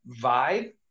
vibe